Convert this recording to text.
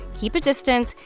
keep a distance.